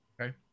Okay